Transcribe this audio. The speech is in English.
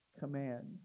commands